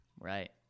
Right